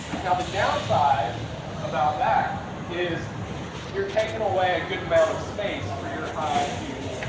now the downside about that is you're taking away a good amount of space for your hive to,